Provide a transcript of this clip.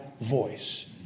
voice